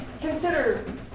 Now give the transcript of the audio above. consider